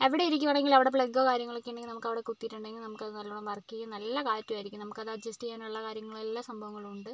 എവിടെയിരിക്കുവാണെങ്കിലും അവടെ പ്ലഗ്ഗും കാര്യങ്ങളൊക്കെ ഉണ്ടെങ്കിൽ നമുക്കവിടെ കുത്തിയിട്ടുണ്ടെങ്കില് നമുക്കത് നല്ലോണം വർക്ക് ചെയ്യും നല്ല കാറ്റുമായിരിക്കും നമുക്കത് അഡ്ജസ്റ്റിയാനുള്ള കാര്യങ്ങളെല്ലാം സംഭവങ്ങളുമുണ്ട്